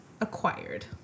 acquired